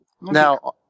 now